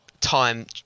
time